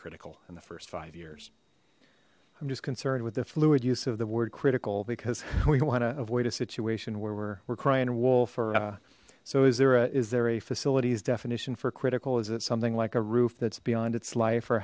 critical in the first five years i'm just concerned with the fluid use of the word critical because we want to avoid a situation where we're we're crying wolf or so azura is there a facilities definition for critical is it something like a roof that's beyond its life or